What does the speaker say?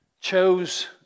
chose